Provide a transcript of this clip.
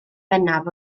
bennaf